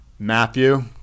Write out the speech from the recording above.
Matthew